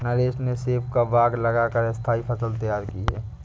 नरेश ने सेब का बाग लगा कर स्थाई फसल तैयार की है